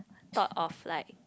thought of like